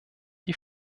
die